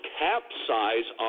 capsize